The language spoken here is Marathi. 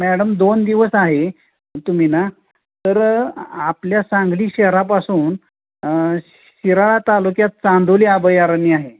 मॅडम दोन दिवस आहे तुम्ही ना तर आपल्या सांगली शहरापासून शिराळा तालुक्यात चांदोली अभयारण्य आहे